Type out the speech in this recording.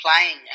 playing